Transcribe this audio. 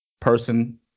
person